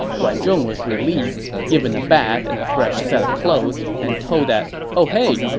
guan zhong was released, given a bath and a fresh set of clothes, and told that, oh hey,